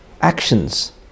actions